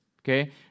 Okay